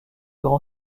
grand